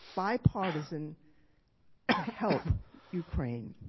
bipartisan to help ukraine.